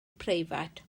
preifat